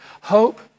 Hope